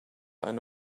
eine